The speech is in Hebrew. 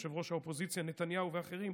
ראש האופוזיציה נתניהו ואחרים,